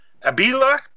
Abila